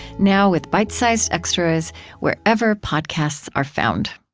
now with bite-sized extras wherever podcasts are found